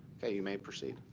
ok. you may proceed.